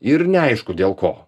ir neaišku dėl ko